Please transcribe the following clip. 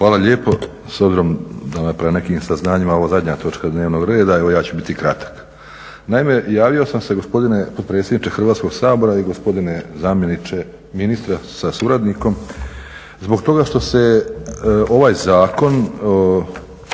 Hvala lijepo. S obzirom da je prema nekim saznanjima ovo zadnja točka dnevnog reda, evo ja ću biti kratak. Naime, javio sam se gospodine potpredsjedniče Hrvatskog sabora i gospodine zamjeniče ministra sa suradnikom zbog toga što se ovaj zakon